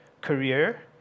career